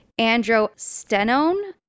androstenone